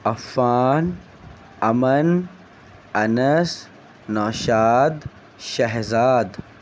Affan Aman Anas Naushad Shahzad